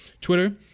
Twitter